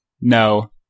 No